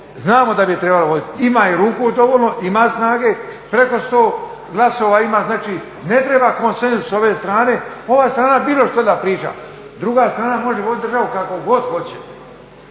znamo da bi je trebala voditi. Ima i ruku dovoljno, ima snage preko 100 glasova ima. Znači, ne treba konsenzus s ove strane. Ova strana bilo što da priča, druga strana može voditi državu kako god hoće.